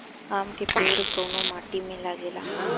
आम के पेड़ कोउन माटी में लागे ला?